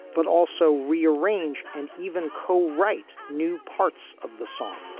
but also rearrange and even co-write new parts of the song